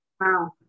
wow